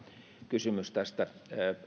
kysymys